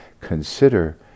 consider